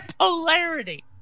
polarity